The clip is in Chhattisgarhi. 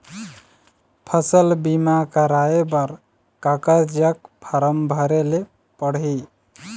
फसल बीमा कराए बर काकर जग फारम भरेले पड़ही?